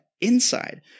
inside